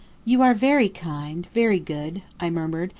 you are veree kind, veree good, i murmured,